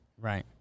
Right